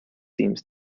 seems